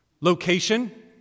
Location